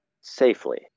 safely